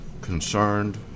concerned